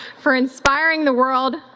for inspiring the world,